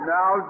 Now